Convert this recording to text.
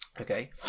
Okay